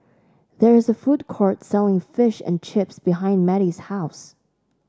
there is a food court selling Fish and Chips behind Mettie's house